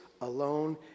alone